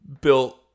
built